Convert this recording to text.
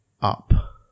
up